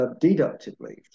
deductively